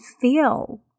feel